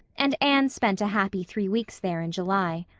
and anne spent a happy three weeks there in july.